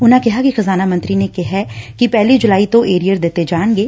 ਉਨਾਂ ਕਿਹਾ ਕਿ ਖਜ਼ਾਨਾ ਮੰਤਰੀ ਨੇ ਕਿਹੈ ਕਿ ਪਹਿਲੀ ਜੁਲਾਈ ਤੋਂ ਏਰੀਅਰ ਦਿੱਤੇ ਜਾਣਗੇ